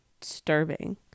disturbing